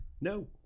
no